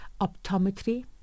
optometry